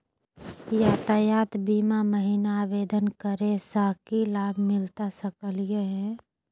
यातायात बीमा महिना आवेदन करै स की लाभ मिलता सकली हे?